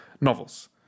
novels